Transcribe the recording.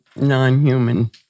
non-human